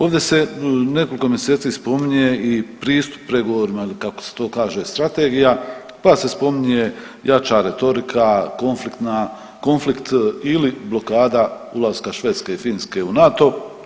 Ovdje se nekoliko mjeseci spominje i pristup pregovorima ili kako se to kaže strategija pa se spominje jača retorika, konfliktna, konflikt ili blokada ulaska Švedske i Finske u NATO.